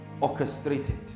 orchestrated